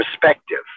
perspective